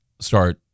start